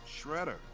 Shredder